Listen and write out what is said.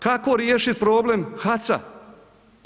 Kako riješit problem HAC-a?